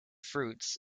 fruits